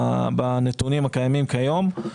בנתונים הקיימים כיום,